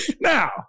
Now